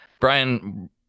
Brian